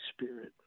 Spirit